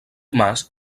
mas